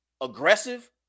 aggressive